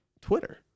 Twitter